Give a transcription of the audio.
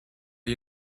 you